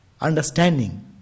understanding